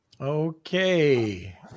Okay